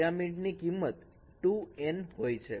period ની કિંમત 2N હોય છે